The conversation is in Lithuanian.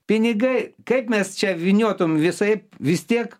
pinigai kaip mes čia vyniotum visaip vis tiek